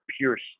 pierce